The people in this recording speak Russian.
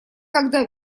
когда